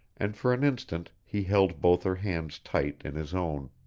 and for an instant he held both her hands tight in his own.